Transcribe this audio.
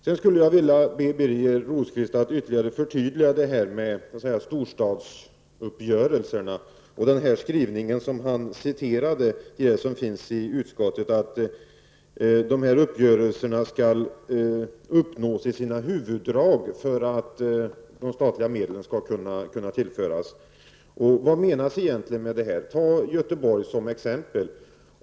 Sedan skulle jag vilja be Birger Rosqvist att ytterligare förtydliga detta med storstadsuppgörelserna och den skrivning i utskottet som han citerade -- att de här uppgörelserna skall uppnås i sina huvuddrag för att de statliga medlen skall kunna tillföras. Vad menas egentligen med detta? Ta Göteborg som exempel!